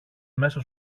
μέσα